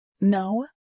No